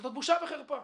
זאת בושה וחרפה.